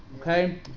okay